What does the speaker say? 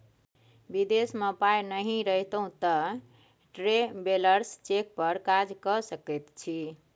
विदेश मे पाय नहि रहितौ तँ ट्रैवेलर्स चेक पर काज कए सकैत छी